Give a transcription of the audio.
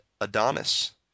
Adonis